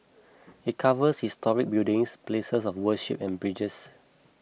it covers historic buildings places of worship and bridges